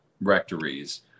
rectories